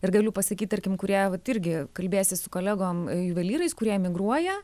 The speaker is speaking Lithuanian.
ir galiu pasakyt tarkim kurie vat irgi kalbėsi su kolegom juvelyrais kurie emigruoja